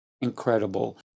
incredible